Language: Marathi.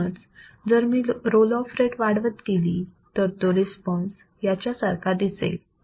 म्हणूनच जर मी रोल ऑफ रेट वाढवत केली तर तो रिस्पॉन्स याच्यासारखा दिसेल